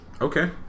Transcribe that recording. Okay